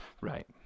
Right